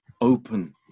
open